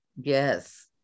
Yes